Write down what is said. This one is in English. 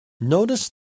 notice